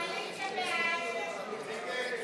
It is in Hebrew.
סעיף 1, כהצעת הוועדה, נתקבל.